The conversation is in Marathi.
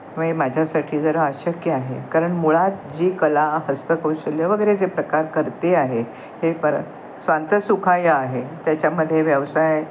माझ्यासाठी जरा अशक्य आहे कारण मुळात जी कला हस्तकौशल्य वगैरे जे प्रकार करते आहे हे पर स्वांतः सुखाय आहे त्याच्यामध्ये व्यवसाय